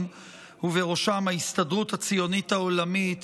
ובראשם ההסתדרות הציוניות העולמית,